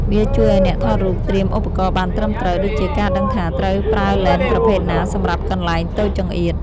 វាជួយឱ្យអ្នកថតរូបត្រៀមឧបករណ៍បានត្រឹមត្រូវ ដូចជាការដឹងថាត្រូវប្រើឡេនប្រភេទណាសម្រាប់កន្លែងតូចចង្អៀត។